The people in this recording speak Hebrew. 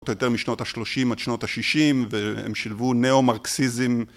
יותר משנות השלושים עד שנות השישים, והם שילבו נאו מרקסיזם